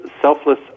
selfless